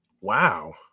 Wow